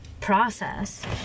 process